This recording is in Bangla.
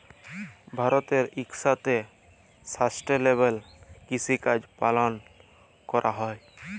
ভারতেল্লে ইকসাথে সাস্টেলেবেল কিসিকাজ পালল ক্যরা হ্যয়